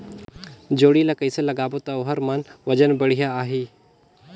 जोणी ला कइसे लगाबो ता ओहार मान वजन बेडिया आही?